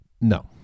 no